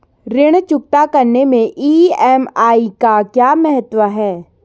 ऋण चुकता करने मैं ई.एम.आई का क्या महत्व है?